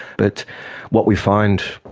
but what we find,